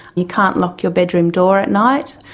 you can't lock your bedroom door at night.